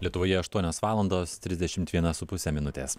lietuvoje aštuonios valandos trisdešimt viena su puse minutės